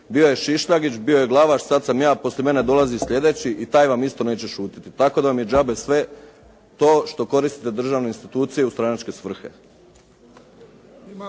Bio je Šišljagić, bio je Glavaš, sada sam ja, poslije mene dolazi sljedeći i taj vam isto neće šutjeti. Tako da vam je džabe sve to što koristite državne institucije u stranačke svrhe.